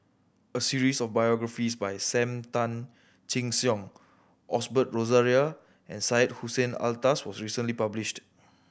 a series of biographies about Sam Tan Chin Siong Osbert Rozario and Syed Hussein Alatas was recently published